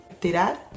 tirar